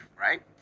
right